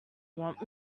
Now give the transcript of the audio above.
want